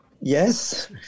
yes